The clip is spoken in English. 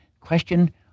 question